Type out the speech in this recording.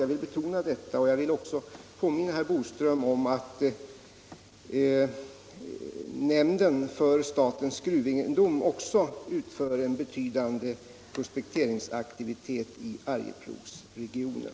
Jag vill betona detta och även påminna herr Boström om att nämnden för statens gruvegendom utvecklar en betydande prospekteringsaktivitet i Arjeplogsregionen.